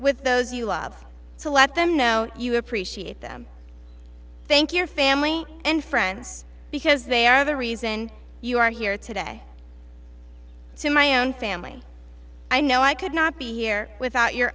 with those you love to let them know you appreciate them thank you family and friends because they are the reason you are here today to my own family i know i could not be here without your